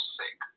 sick